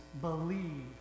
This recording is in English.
believe